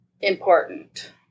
important